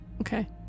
Okay